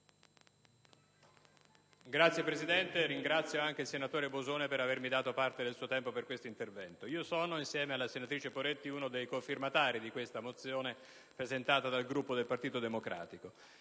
Signor Presidente, ringrazio il senatore Bosone per avermi dato parte del suo tempo per questo intervento. Io sono, insieme alla senatrice Poretti, uno dei cofirmatari della mozione presentata dal Gruppo del Partito Democratico.